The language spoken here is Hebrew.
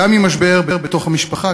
גם אם משבר בתוך המשפחה,